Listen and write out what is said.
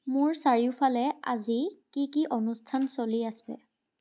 মোৰ চাৰিওফালে আজি কি কি অনুষ্ঠান চলি আছে